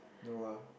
no lah